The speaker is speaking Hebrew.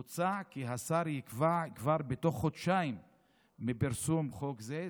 מוצע כי השר יקבע כבר בתוך חודשיים מפרסום חוק זה,